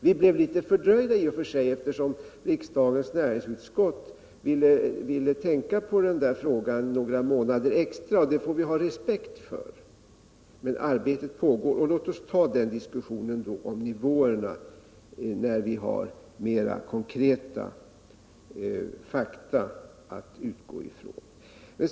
Vi blev i och för sig litet fördröjda, eftersom riksdagens näringsutskott ville tänka på denna fråga några månader extra, och det får vi ha respekt för. Men arbetet pågår, och låt oss ta diskussionen om nivåerna när vi har mera konkreta fakta att utgå ifrån.